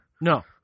No